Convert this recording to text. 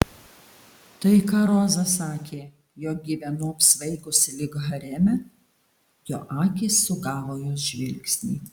tai ką roza sakė jog gyvenau apsvaigusi lyg hareme jo akys sugavo jos žvilgsnį